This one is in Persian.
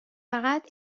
فقط